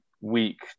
week